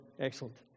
Excellent